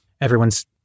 Everyone's